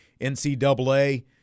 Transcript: NCAA